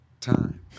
time